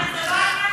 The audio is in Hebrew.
לא, אבל זה לא העניין.